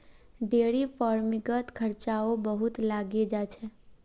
dairy फ़ार्मिंगत खर्चाओ बहुत लागे जा छेक